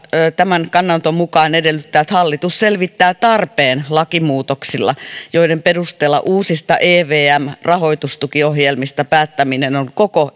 tämän kannanoton mukaan edellyttää että hallitus selvittää tarpeen lakimuutoksille joiden perusteella uusista evm rahoitustukiohjelmista päättäminen on koko